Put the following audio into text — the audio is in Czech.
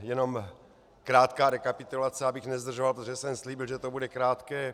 Jenom krátká rekapitulace, abych nezdržoval, protože jsem slíbil, že to bude krátké.